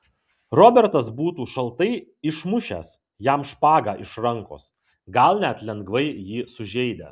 robertas būtų šaltai išmušęs jam špagą iš rankos gal net lengvai jį sužeidęs